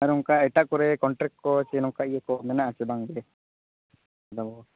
ᱟᱨ ᱚᱱᱠᱟ ᱮᱴᱟᱜ ᱠᱚᱨᱮ ᱠᱚᱱᱴᱟᱠ ᱠᱚ ᱥᱮ ᱱᱚᱝᱠᱟ ᱤᱭᱟᱹ ᱠᱚ ᱢᱮᱱᱟ ᱟᱥᱮ ᱵᱟᱝ ᱜᱮ ᱟᱫᱚ